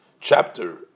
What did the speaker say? chapter